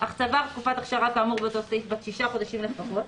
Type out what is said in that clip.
אך צבר תקופת אכשרה כאמור באותו סעיף בת שישה חודשים לפחות,